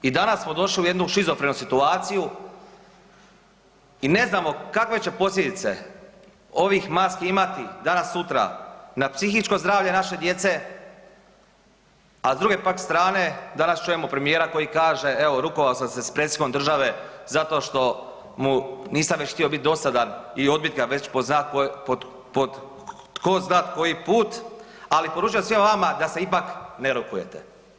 I danas smo došli u jednu šizofrenu situaciju i ne znamo kakve će posljedice ovih maski imati danas-sutra na psihičko zdravlje naše djece, a s druge pak strane, danas čujemo premijera koji kaže „evo rukovao sam se s predsjednikom države zato što mu nisam već htio biti dosadan i odbit ga već po tko zna koji put, ali poručujem svima vama da se ipak ne rukujete“